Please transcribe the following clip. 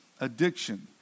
Addiction